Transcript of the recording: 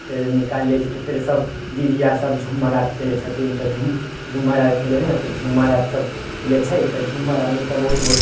फेर निकालि लै छियै तऽ फेर सभ दीदी आर सभ झूमर आर खेलय छथिन तऽ झूम झूमर आर खेलय हइ न तऽ झूमर आर सभ खेलय छै तऽ झूमर आरमे सभ बहुत बहुत